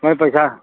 ꯃꯣꯏ